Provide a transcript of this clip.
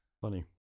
funny